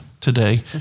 today